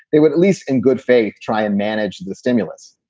they would, at least in good faith, try and manage the stimulus,